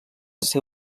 ser